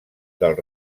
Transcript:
del